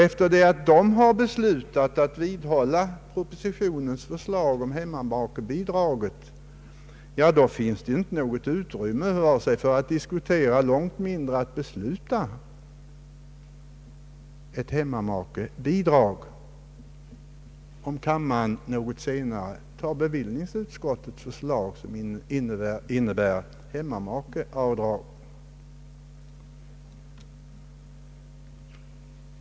Efter det att bevillningsutskottet nu beslutat vidhålla propositionens förslag om hemmamakeavdrag finns inte något utrymme vare sig för att diskutera eller — långt mindre — besluta om ett hemmamakebidrag, om kammaren något senare antar bevillningsutskottets förslag som innebär hemmamakeavdrag.